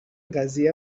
قضیه